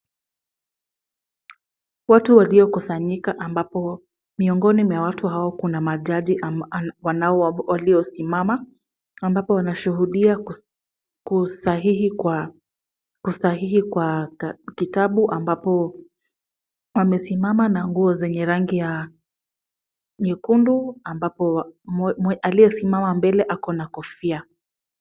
Watu walio kusanyika ambapo miongoni mwa watu hao kuna majaji wanao waliosimama. Ambapo wanashuhudia kusahihi kwa kusahihi kwa kitabu ambapo wamesimama na nguo zenye rangi ya nyekundu, ambapo aliyesimama mbele ako na kofia.